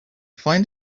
find